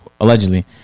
allegedly